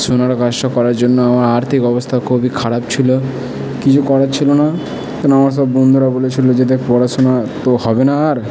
সোনার কাজটা করার জন্য আমার আর্থিক অবস্থা খুবই খারাপ ছিলো কিছু করার ছিলো না কেন আমার সব বন্ধুরা বলেছিলো যে দেখ পড়াশোনা তো হবে না আর